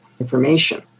information